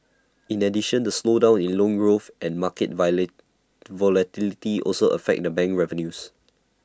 in addition the slowdown in loan growth and market volatility also affect the bank revenues